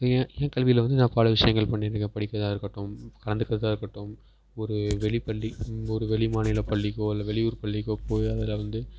ஏன் ஏன் கல்வியில் வந்து நான் பல விஷயங்கள் பண்ணிருக்கேன் படிக்கிறதாக இருக்கட்டும் கலந்துக்கிறதா இருக்கட்டும் ஒரு வெளி பள்ளி ஒரு வெளி மாநில பள்ளிக்கோ இல்லை வெளியூர் பள்ளிக்கோ போய் அதில் வந்து